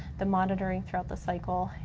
the monitoring throughout the cycle,